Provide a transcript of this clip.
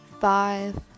five